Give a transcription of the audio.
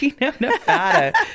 Nevada